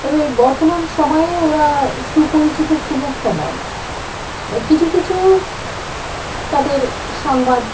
তবে বর্তমান সময়ে ওরা সুপরিচিত খুব একটা নয় মানে কিছু কিছু তাদের সংবাদ